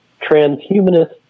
transhumanist